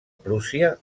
prússia